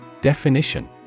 Definition